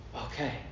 Okay